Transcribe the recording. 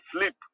sleep